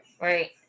right